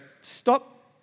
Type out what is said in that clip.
stop